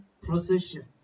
procession